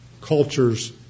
culture's